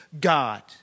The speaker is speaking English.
God